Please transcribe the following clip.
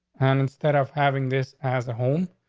and instead of having this as a home,